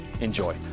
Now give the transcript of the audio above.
Enjoy